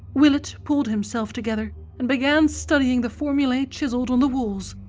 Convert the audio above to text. willett pulled himself together and began studying the formulae chiselled on the walls.